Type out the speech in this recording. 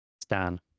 Stan